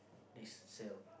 next cell